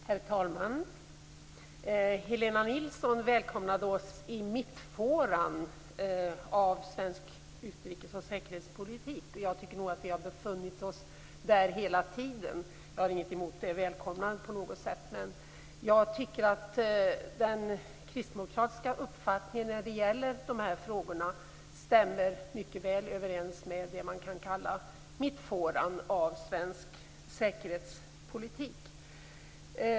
Herr talman! Helena Nilsson välkomnade oss i mittfåran av svensk utrikes och säkerhetspolitik. Jag tycker nog att vi har befunnit oss där hela tiden. Jag har inte någonting emot det välkomnandet, men jag tycker att den kristdemokratiska uppfattningen när det gäller de här frågorna mycket väl stämmer överens med det man kan kalla mittfåran av svensk säkerhetspolitik.